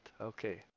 Okay